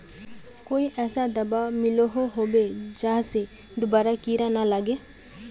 कोई ऐसा दाबा मिलोहो होबे जहा से दोबारा कीड़ा ना लागे?